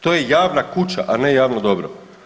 To je javna kuća, a ne javno dobro.